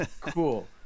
Cool